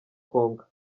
konka